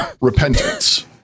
repentance